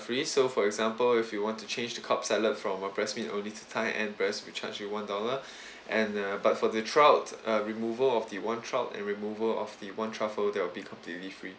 free so for example if you want to change to cobb salad from a breast meat only to thigh and breast we charge you one dollar and uh but for the trout uh removal of the one trout and removal of the one truffle that will be completely free